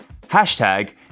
Hashtag